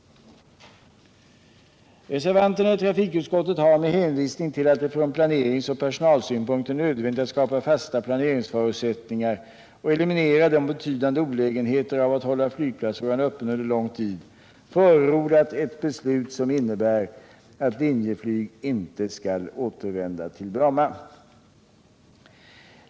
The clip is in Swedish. Reservanterna i trafikutskottet har, med hänvisning till att det från planeringsoch personalsynpunkt är nödvändigt att skapa fasta planeringsförutsättningar och eliminera de betydande olägenheterna av att hålla flygplatsfrågan öppen under lång tid, förordat ett beslut som innebär att Linjeflyg inte skall återvända till Bromma.